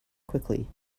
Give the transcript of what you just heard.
quickly